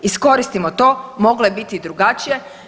Iskoristimo to, moglo je biti drugačije.